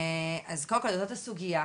אז קודם כל זאת הסוגייה,